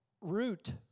root